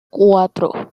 cuatro